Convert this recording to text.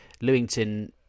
Lewington